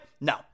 No